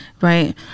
right